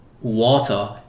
water